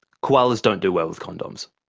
koalas don't do well with condoms.